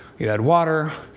you add water,